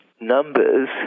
numbers